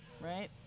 Right